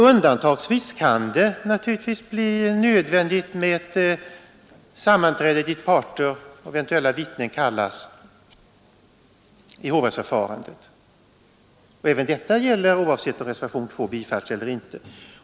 Undantagsvis kan det naturligtvis bli nödvändigt med ett sammanträde dit parter och eventuella vittnen kallas i hovrättsförfarandet. Även detta gäller oavsett om reservationen bifalls eller inte.